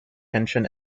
tension